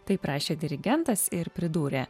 taip rašė dirigentas ir pridūrė